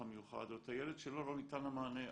המיוחד או את הילד שלו לא ניתן המענה,